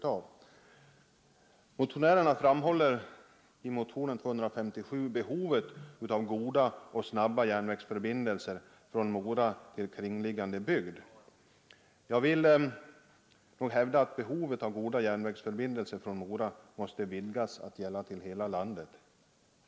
järnvägen Borlänge— Motionärerna framhåller i motionen 257 behovet av goda och snabba Mora järnvägsförbindelser från Mora till kringliggande bygd. Jag vill nog hävda att detta behov måste vidgas att gälla goda järnvägsförbindelser från Mora till hela landet.